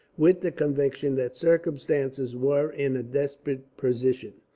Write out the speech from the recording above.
with the conviction that circumstances were in a desperate position.